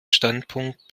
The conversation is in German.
standpunkt